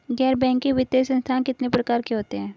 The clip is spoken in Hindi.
गैर बैंकिंग वित्तीय संस्थान कितने प्रकार के होते हैं?